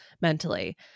mentally